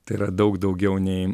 tai yra daug daugiau nei